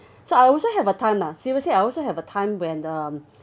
so I also have a time lah seriously I also have a time when the um